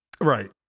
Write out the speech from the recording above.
Right